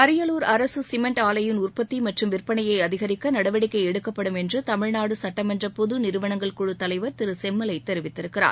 அரியலூர் அரசு சிமெண்ட் ஆலையின் உற்பத்தி மற்றும் விற்பனையை அதிகரிக்க நடவடிக்கை எடுக்கப்படும் என்று தமிழ்நாடு சட்டமன்ற பொது நிறுவனங்கள் குழுத் தலைவர் திரு எஸ் செம்மலை தெரிவித்திருக்கிறார்